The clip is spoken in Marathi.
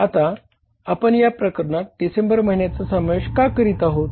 आता आपण या प्रकरणात डिसेंबर महिन्याचा समावेश का करीत आहोत